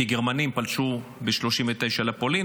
כי הגרמנים פלשו ב-1939 לפולין,